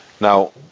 Now